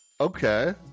Okay